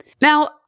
Now